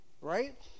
right